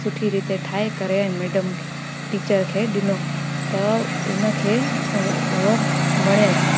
सुठी रीति ठाहे करे मैडम खे टीचर खे ॾिनो त उन खे उहो वणियसि